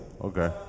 Okay